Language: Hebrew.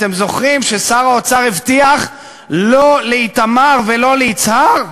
אתם זוכרים ששר האוצר הבטיח לא לאיתמר ולא ליצהר?